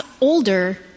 older